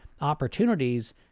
opportunities